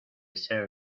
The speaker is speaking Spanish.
ser